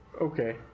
Okay